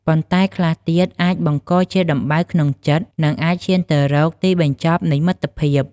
ប៉ុន្តែខ្លះទៀត អាចបង្កជាដំបៅក្នុងចិត្ត និងអាចឈានទៅរកទីបញ្ចប់នៃមិត្តភាព។